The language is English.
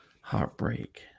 Heartbreak